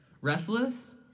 Restless